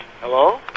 Hello